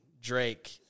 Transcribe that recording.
Drake